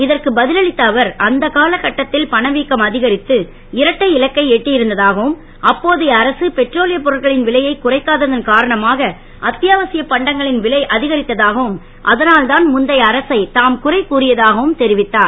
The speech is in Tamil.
இதற்கு ப ல் அளித்த அவர் அந்தக் காலக் கட்டத் ல் பணவீக்கம் அ கரித்து இரட்டை இலக்கை எட்டி இருந்ததாகவும் அப்போதைய அரசு பெட்ரோலியப் பொருட்களின் விலையை குறைக்காததன் காரணமாக அத் யாவசியப் பண்டங்களின் விலை அ கரித்ததாகவும் அதனால் தான் முந்தைய அரசை தாம் குறை கூறியதாகவும் அவர் தெரிவித்தார்